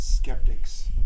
Skeptic's